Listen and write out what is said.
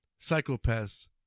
psychopaths